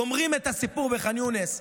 גומרים את הסיפור בח'אן יונס,